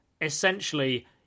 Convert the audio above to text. essentially